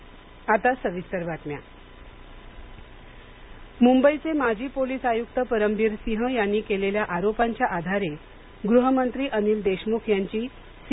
देशमुख राजीनामा मुंबईचे माजी पोलीस आयुक्त परमबीर सिंह यांनी केलेल्या आरोपांच्या आधारे गृहमंत्री अनिल देशमुख यांची सी